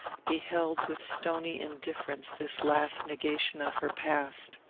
beheld with stony indifference this last negation of her past.